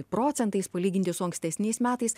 procentais palyginti su ankstesniais metais